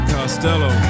Costello